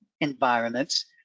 environments